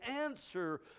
answer